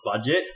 budget